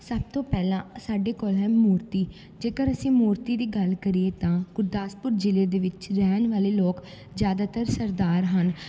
ਸਭ ਤੋਂ ਪਹਿਲਾਂ ਸਾਡੇ ਕੋਲ ਹੈ ਮੂਰਤੀ ਜੇਕਰ ਅਸੀਂ ਮੂਰਤੀ ਦੀ ਗੱਲ ਕਰੀਏ ਤਾਂ ਗੁਰਦਾਸਪੁਰ ਜ਼ਿਲ੍ਹੇ ਦੇ ਵਿੱਚ ਰਹਿਣ ਵਾਲੇ ਲੋਕ ਜ਼ਿਆਦਾਤਰ ਸਰਦਾਰ ਹਨ